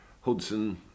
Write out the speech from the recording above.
Hudson